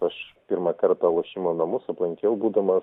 aš pirmą kartą lošimo namus aplankiau būdamas